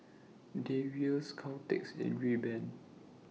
Dreyers Caltex and Rayban